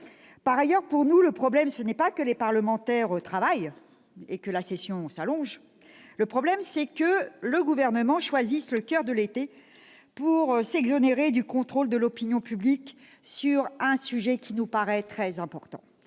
parlementaire ! Pour nous, le problème, ce n'est pas que les parlementaires travaillent et que la session s'allonge, c'est que le Gouvernement choisisse le coeur de l'été pour s'exonérer du contrôle de l'opinion publique sur un sujet qui nous paraît très important.